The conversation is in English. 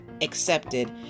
accepted